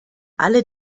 alle